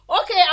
Okay